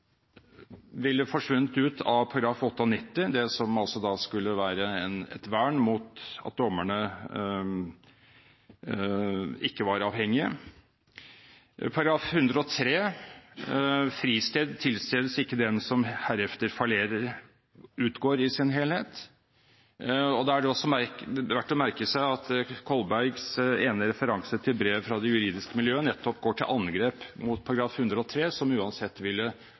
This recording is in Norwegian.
ville forsvunnet ut av § 98 – det som skulle være et vern mot at dommerne ikke var avhengige. Paragraf 103, «Fristed tilstedes ikke dem, som herefter fallere», utgår i sin helhet. Det er også verdt å merke seg at Kolbergs ene referanse til brev fra det juridiske miljø nettopp går til angrep på § 103, som uansett ville